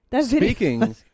Speaking